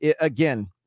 Again